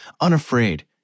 unafraid